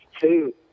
two